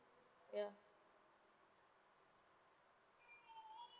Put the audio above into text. ya